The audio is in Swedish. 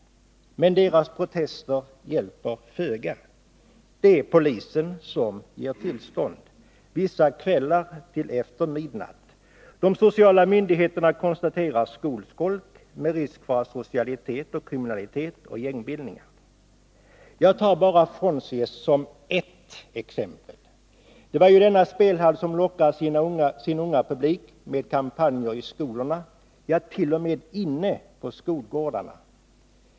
Men deras protester hjälper föga; det är polisen som ger tillstånd, vissa kvällar till efter midnatt. De sociala myndigheterna konstaterar skolskolk, med risk för asocialitet och kriminalitet och gängbildningar. Jag tar bara Fonzie's som ett exempel. Det är ju denna spelhall som lockar sin unga publik genom kampanjer i skolorna — ja t.o.m. inne på skolgårdarna.